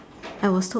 I was told